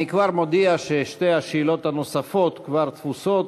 אני מודיע ששתי השאלות הנוספות כבר תפוסות,